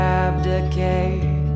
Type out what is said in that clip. abdicate